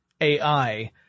AI